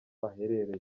aherereye